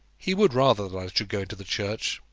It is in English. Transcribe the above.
he would rather that i should go into the church,